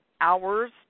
hours